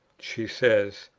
she says,